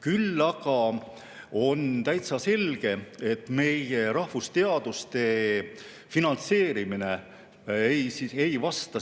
Küll aga on täitsa selge, et meie rahvusteaduste finantseerimine ei vasta